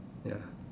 ya